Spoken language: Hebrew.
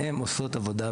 והן עושות עבודה,